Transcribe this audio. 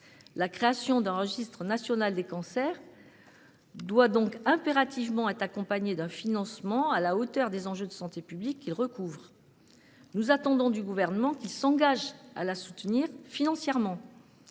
La création d'un registre national des cancers doit donc impérativement être accompagnée d'un financement à la hauteur des enjeux de santé publique qu'il représente. Nous attendons du Gouvernement qu'il s'engage à la soutenir financièrement.